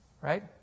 right